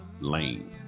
lane